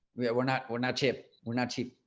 we're we're not we're not cheap. we're not cheap.